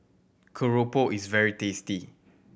Keropok is very tasty